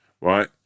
right